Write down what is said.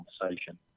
conversation